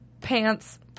pants